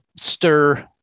stir